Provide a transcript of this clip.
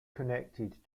connected